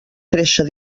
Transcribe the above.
créixer